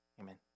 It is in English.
Amen